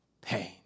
pain